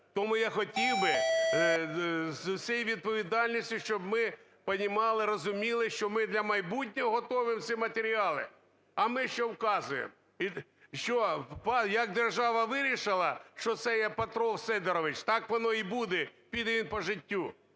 Тому я хотів би зі всією відповідальністю щоб ми понимали, розуміли, що ми для майбутнього готовимо ці матеріали. А ми що вказуємо? Як держава вирішила, що це є Петро Сидорович, так воно і буде, піде він по життю.